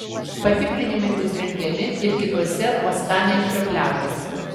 patikrinimai bus rengiami ir kituose uostamiesčio pliažuose